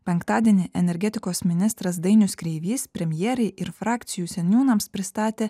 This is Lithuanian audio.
penktadienį energetikos ministras dainius kreivys premjerei ir frakcijų seniūnams pristatė